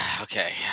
Okay